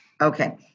Okay